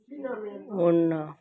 ਉਹਨਾਂ